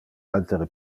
altere